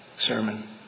sermon